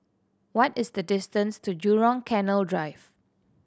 what is the distance to Jurong Canal Drive